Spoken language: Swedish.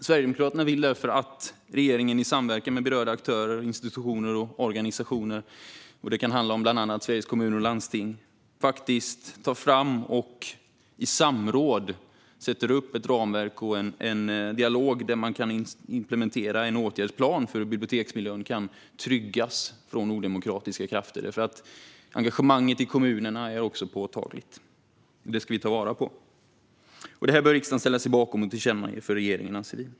Sverigedemokraterna vill därför att regeringen i samverkan med berörda aktörer, institutioner och organisationer, bland annat Sveriges Kommuner och Landsting, sätter upp ett ramverk och för en dialog om att implementera en åtgärdsplan för hur biblioteksmiljön kan tryggas från odemokratiska krafter. Engagemanget i kommunerna är också påtagligt, och det ska vi ta vara på. Detta bör riksdagen ställa sig bakom och tillkännage för regeringen, anser vi.